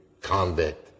convict